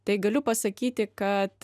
tai galiu pasakyti kad